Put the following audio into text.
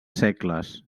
segles